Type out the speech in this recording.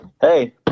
Hey